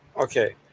Okay